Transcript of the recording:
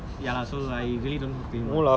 ya lah so I really don't talk to him